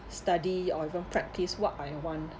study or even practice what I want